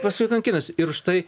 paskui kankinasi ir užtai